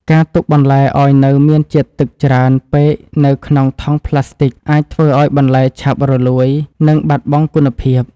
ការទុកបន្លែឱ្យនៅមានជាតិទឹកច្រើនពេកនៅក្នុងថង់ប្លាស្ទិកអាចធ្វើឱ្យបន្លែឆាប់រលួយ និងបាត់បង់គុណភាព។